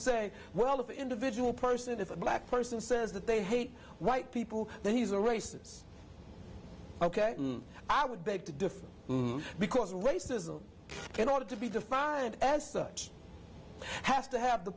say well of individual person if a black person says that they hate white people then he's a racist ok i would beg to differ because racism in order to be defined as such has to have the